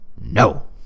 No